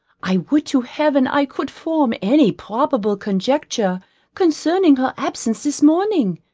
i would to heaven i could form any probable conjecture concerning her absence this morning,